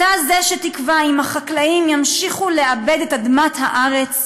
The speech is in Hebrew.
אתה שתקבע אם החקלאים ימשיכו לעבד את אדמת הארץ,